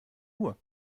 uhr